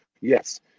Yes